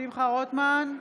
בעד יעל רון בן משה,